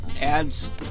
adds